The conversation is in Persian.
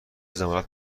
ضمانت